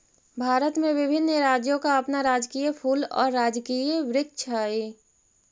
भारत में विभिन्न राज्यों का अपना राजकीय फूल और राजकीय वृक्ष हई